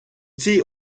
цій